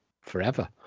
forever